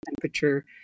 temperature